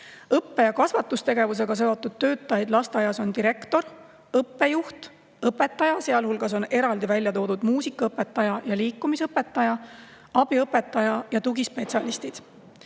Õppe‑ ja kasvatustegevusega seotud töötajad lasteaias on direktor, õppejuht, õpetaja – sealhulgas on eraldi välja toodud muusikaõpetaja ja liikumisõpetaja –, abiõpetaja ja tugispetsialistid.